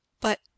But—